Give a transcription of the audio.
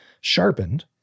sharpened